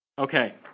Okay